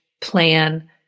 plan